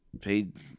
paid